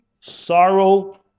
sorrow